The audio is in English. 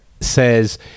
says